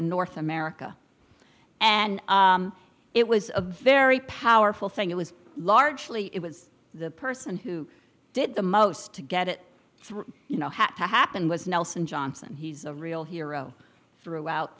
in north america and it was a very powerful thing it was largely it was the person who did the most to get it through you know had to happen was nelson johnson he's a real hero throughout